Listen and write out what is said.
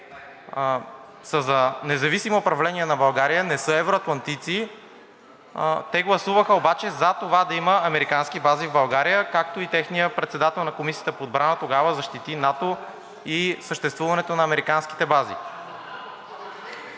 че са за независимо управление на България, не са евроатлантици, те гласуваха обаче за това да има американски бази в България, както и техният председател на Комисията по отбраната тогава защити НАТО и съществуването на американските бази.